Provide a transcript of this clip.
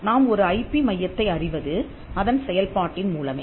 நாம் ஒரு ஐபி மையத்தை அறிவது அதன் செயல்பாட்டின் மூலமே